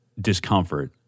discomfort